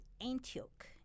Antioch